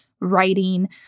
writing